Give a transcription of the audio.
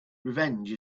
revenge